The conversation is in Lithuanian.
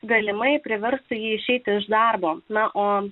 galimai priverstų išeiti iš darbo na o